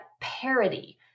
parody